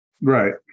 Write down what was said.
right